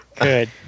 Good